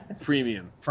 Premium